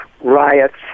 riots